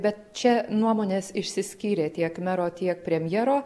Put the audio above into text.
bet čia nuomonės išsiskyrė tiek mero tiek premjero